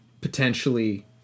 potentially